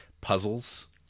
puzzles